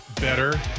better